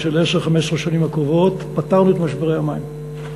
של-10 15 השנים הקרובות פתרנו את משברי המים.